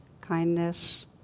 kindness